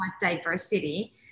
diversity